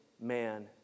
man